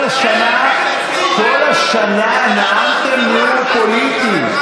כל השנה, כל השנה נאמתם נאומים פוליטיים.